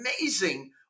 amazing